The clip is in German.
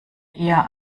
eher